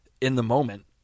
in-the-moment